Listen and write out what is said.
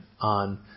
on